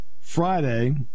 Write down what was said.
Friday